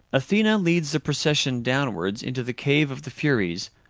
athena leads the procession downwards into the cave of the furies,